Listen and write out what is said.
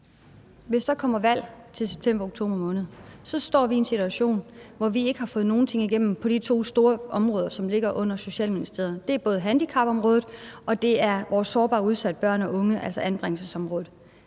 Hvis der kommer valg til september eller oktober måned, står vi i en situation, hvor vi ikke har fået nogen ting igennem på de to store områder, som ligger under Socialministeriet. Det er både på handicapområdet, og det gælder vores sårbare, udsatte børn og unge, altså på anbringelsesområdet.